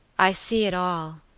i see it all,